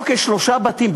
אוקיי, שלושה בתים.